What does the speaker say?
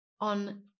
on